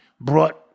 brought